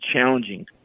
challenging